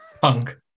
punk